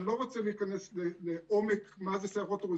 אני לא רוצה להיכנס לעומק מה זה סיירות תכנות.